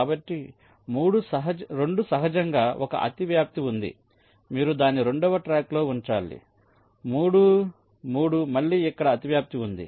కాబట్టి 2 సహజంగా ఒక అతివ్యాప్తి ఉంది మీరు దానిని రెండవ ట్రాక్లో ఉంచాలి 3 3 మళ్ళీ ఇక్కడ అతివ్యాప్తి ఉంది